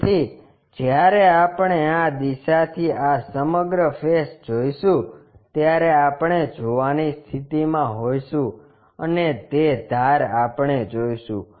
તેથી જ્યારે આપણે આ દિશાથી આ સમગ્ર ફેસ જોઈશું ત્યારે આપણે જોવાની સ્થિતિમાં હોઈશું અને તે ધાર આપણે જોઈશું